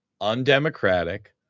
undemocratic